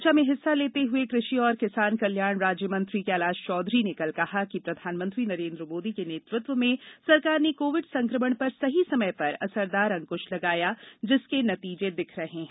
चर्चा में हिस्सा लेते हुये कृषि एवं किसान कल्याण राज्यमंत्री कैलाश चौधरी ने कहा कि प्रधानमंत्री नरेन्द्र मोदी के नेतृत्व में सरकार ने कोविड संक्रमण पर सही समय पर असरदार अंकृश लगाया जिसके नतीजे दिख रहे हैं